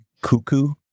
cuckoo